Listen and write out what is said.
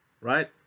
Right